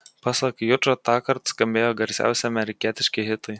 pasak jučo tąkart skambėjo garsiausi amerikietiški hitai